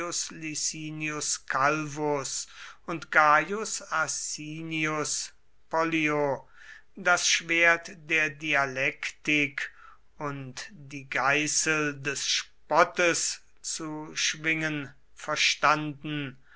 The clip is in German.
und gaius asinius pollio das schwert der dialektik und die geißel des spottes zu schwingen verstanden